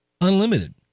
unlimited